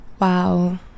Wow